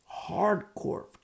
Hardcore